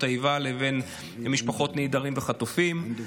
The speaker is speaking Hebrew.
האיבה לזכויות של משפחות נעדרים וחטופים,